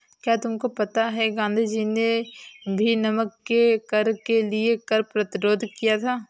क्या तुमको पता है गांधी जी ने भी नमक के कर के लिए कर प्रतिरोध किया था